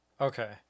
Okay